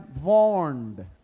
warned